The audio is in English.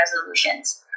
resolutions